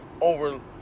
over